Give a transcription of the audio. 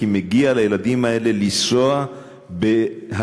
כי מגיע לילדים האלה לנסוע בהסעות